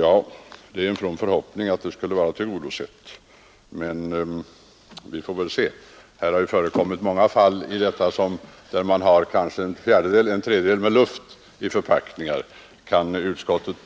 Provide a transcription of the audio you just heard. Ja, det är en from «Nr 152 förhoppning att det skall vara tillgodosett. Men vi får väl se! Det har Fredagen den förekommit många fall där det varit kanske en tredjedel luft i 17 december 1971 förpackningar. Kan utskottet